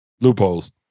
loopholes